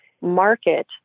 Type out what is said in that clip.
market